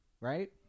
right